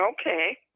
Okay